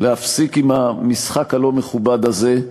להפסיק את המשחק הלא-מכובד הזה.